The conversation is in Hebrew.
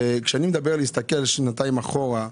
כשאני מדבר על להסתכל שנתיים אחורה,